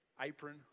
apron